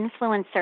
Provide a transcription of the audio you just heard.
influencer